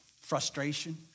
Frustration